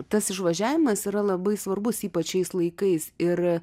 tas išvažiavimas yra labai svarbus ypač šiais laikais ir